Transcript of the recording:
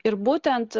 ir būtent